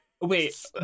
Wait